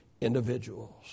individuals